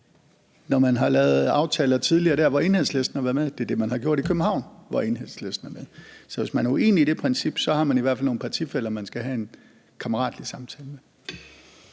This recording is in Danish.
når man har lavet aftaler tidligere, hvor Enhedslisten har været med, og det er det, man har gjort i København, hvor Enhedslisten er med. Så hvis man er uenig i det princip, har man i hvert fald nogle partifæller, man skal have en kammeratlig samtale med.